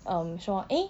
um 说 eh